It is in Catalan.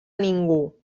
ningú